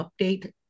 update